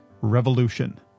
revolution